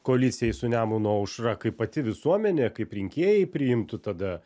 koalicijai su nemuno aušra kaip pati visuomenė kaip rinkėjai priimtų tada